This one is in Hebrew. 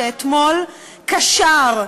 שאתמול קשר,